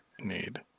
need